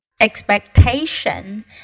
Expectation